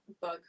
bug